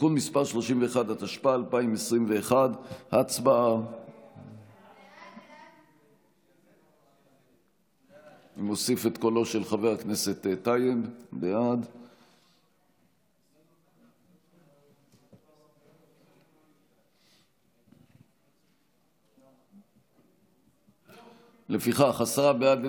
(תיקון מס' 31), התשפ"א 2021. הצבעה.